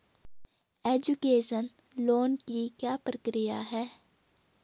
Education loan की क्या प्रक्रिया है?